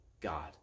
God